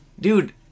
Dude